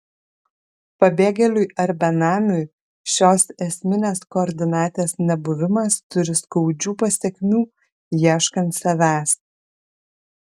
pabėgėliui ar benamiui šios esminės koordinatės nebuvimas turi skaudžių pasekmių ieškant savęs